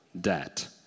debt